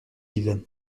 vivent